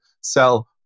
sell